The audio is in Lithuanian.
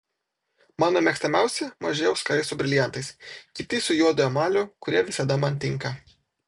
mano mėgstamiausi maži auskarai su briliantais kiti su juodu emaliu kurie visada man tinka